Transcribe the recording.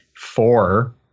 four